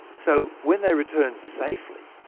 so when they return safely,